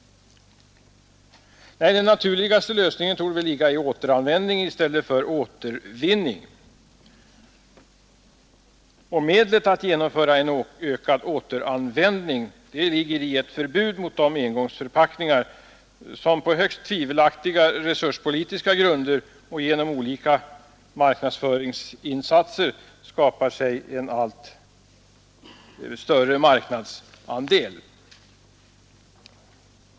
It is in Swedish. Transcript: Den naturligaste lösningen torde väl vara återanvändning i stället för återvinning. Medlet att genomföra återanvändning ligger i ett förbud mot de engångsförpackningar som på högst tvivelaktiga resurspolitiska grunder och genom olika marknadsföringsinsatser skapar sig en allt större marknadsandel.